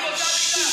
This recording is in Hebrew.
באותה מידה,